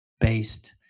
based